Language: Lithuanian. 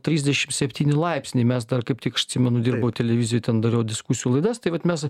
trisdešimt septyni laipsniai mes dar kaip tik aš atsimenu dirbau televizijoj ten dariau diskusijų laidas tai vat mes